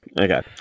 Okay